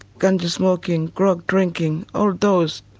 gunga smoking, grog, drinking all those.